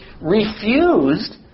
refused